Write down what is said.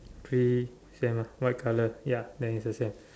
three free stand white colour ya then it's the same